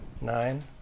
Nine